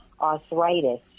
arthritis